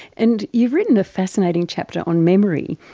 and you've written a fascinating chapter on memory.